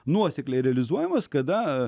nuosekliai realizuojamas kada